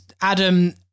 Adam